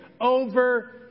over